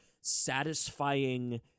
satisfying